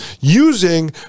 using